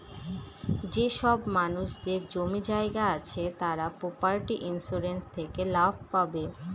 যেসব মানুষদের জমি জায়গা আছে তারা প্রপার্টি ইন্সুরেন্স থেকে লাভ পাবে